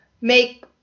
make